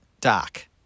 doc